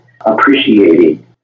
appreciating